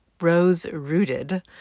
Rose-Rooted